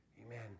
Amen